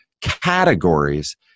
categories